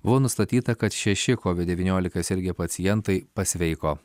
buvo nustatyta kad šeši covid devyniolika sirgę pacientai pasveiko